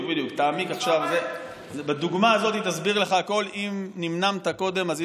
אתה יכול להמשיך, אין לנו בעיה עם זה.